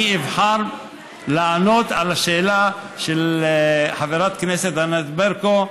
אני אבחר לענות על השאלה של חברת הכנסת ענת ברקו.